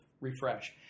refresh